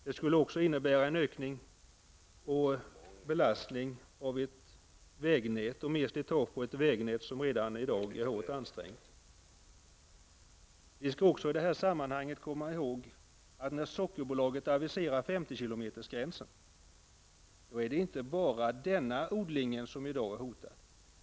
Det skulle också innebära en ökning av belastningen och mer slitage på ett vägnät som redan i dag är hårt ansträngt. Vi skall i det här sammanhanget också komma ihåg att när Sockerbolaget aviserar 50 kilometersgränsen är det inte bara denna odling som i dag är hotad.